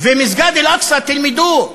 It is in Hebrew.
ומסגד אל-אקצא, תלמדו,